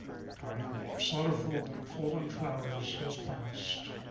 time more sorrowful than fallen flowers has passed.